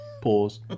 pause